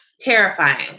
terrifying